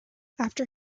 after